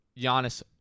Giannis